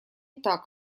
так